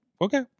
okay